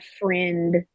friend